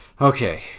okay